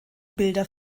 bilder